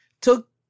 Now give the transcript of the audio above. took